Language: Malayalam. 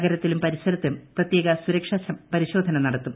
നഗരത്തിലും പരിസരത്തും പ്രത്യേക സുരക്ഷാ പരിശോധന നടത്തും